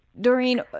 Doreen